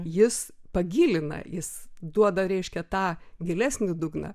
jis pagilina jis duoda reiškia tą gilesnį dugną